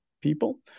people